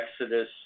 Exodus